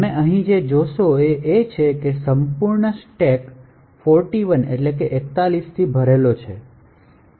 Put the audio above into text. તમે અહીં જે જોશો તે એ છે કે સંપૂર્ણ સ્ટેક 41 થી ભરેલો છે